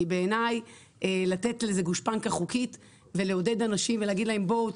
כי בעיני לתת לזה גושפנקה חוקית ולעודד אנשים ולהגיד להם: בואו,